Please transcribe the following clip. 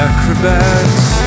Acrobats